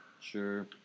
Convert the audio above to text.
Sure